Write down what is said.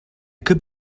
could